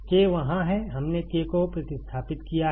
K वहाँ है हमने K को भी प्रतिस्थापित किया है